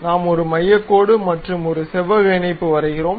நாம் ஒரு மையக் கோடு மற்றும் ஒரு செவ்வக இணைப்பு வரைகிறோம்